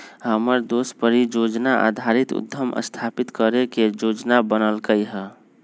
हमर दोस परिजोजना आधारित उद्यम स्थापित करे के जोजना बनलकै ह